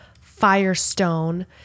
Firestone